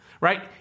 right